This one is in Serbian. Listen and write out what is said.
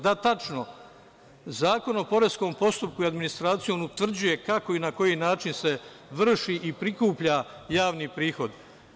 Da, tačno, Zakon o poreskom postupku i administraciji utvrđuje kako i na koji način se vrši i prikuplja javni prihod.